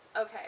Okay